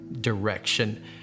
direction